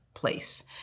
place